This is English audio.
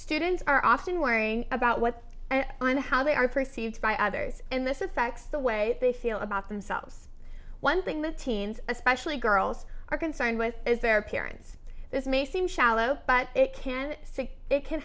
students are often wary about what and how they are perceived by others and this is the facts the way they feel about themselves one thing that teens especially girls are concerned with is their appearance this may seem shallow but it can see it can